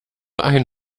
ein